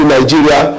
Nigeria